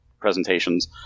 presentations